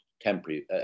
temporary